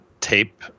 tape